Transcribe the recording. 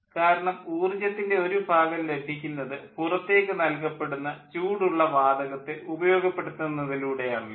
കാരണം ഊർജ്ജത്തിൻ്റെ ഒരു ഭാഗം ലഭിക്കുന്നത് പുറത്തേക്ക് നൽകപ്പെടുന്ന ചൂടുള്ള വാതകത്തെ ഉപയോഗപ്പെടുത്തുന്നതിലൂടെ ആണല്ലോ